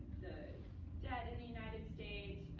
the debt in the united states,